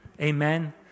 Amen